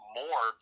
more